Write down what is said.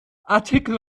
artikel